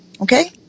okay